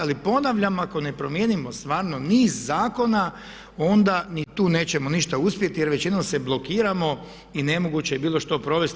Ali ponavljam ako ne promijenimo stvarno niz zakona onda ni tu nećemo ništa uspjeti jer već jednom se blokiramo i nemoguće je bilo što provesti.